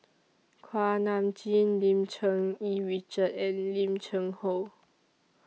Kuak Nam Jin Lim Cherng Yih Richard and Lim Cheng Hoe